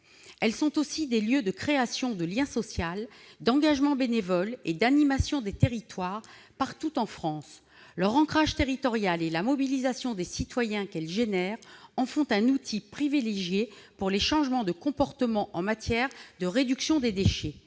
Elles sont aussi des lieux de création de lien social, d'engagement bénévole et d'animation des territoires partout en France. Leur ancrage territorial et la mobilisation des citoyens qu'elles génèrent en font un outil privilégié pour les changements de comportements en matière de réduction des déchets.